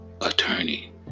attorney